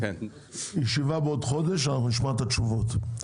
תהיה ישיבה בעוד חודש ונשמע את התשובות.